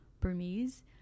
Burmese